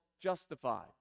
justified